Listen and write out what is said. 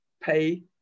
pay